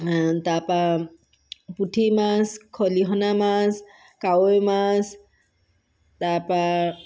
তাৰপৰা পুঠি মাছ খলিহনা মাছ কাৱৈ মাছ তাৰপৰা